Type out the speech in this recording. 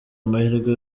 amahirwe